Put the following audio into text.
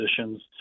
positions